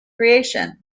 creation